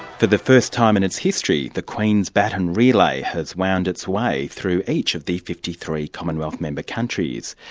for the first time in its history, the queen's baton relay has wound its way through each of the fifty three commonwealth member countries.